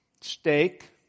Steak